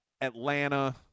Atlanta –